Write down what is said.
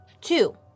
Two